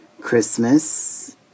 Christmas